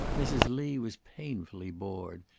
mrs. lee was painfully bored,